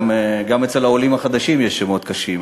גם אצל העולים החדשים יש שמות קשים,